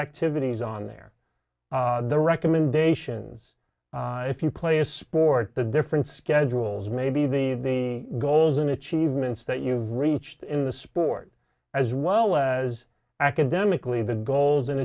activities on there the recommendations if you play a sport the different schedules maybe the the goals and achievements that you've reached in the sport as well as academically the goals and